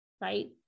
right